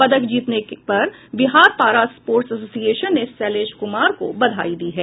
पदक जीतने पर बिहार पारा स्पोर्ट्स एसोसिएशन ने शैलेश कुमार को बधाई दी है